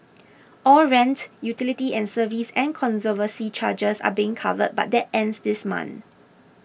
all rent utility and service and conservancy charges are being covered but that ends this month